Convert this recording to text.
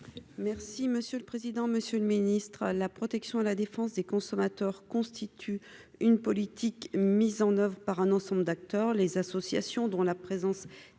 Merci monsieur le président, Monsieur le Ministre, la protection à la défense des consommateurs constitue une politique mise en oeuvre par un ensemble d'acteurs, les associations, dont la présence